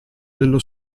dello